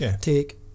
take